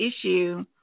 issue